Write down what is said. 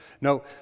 no